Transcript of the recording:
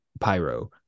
Pyro